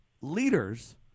leaders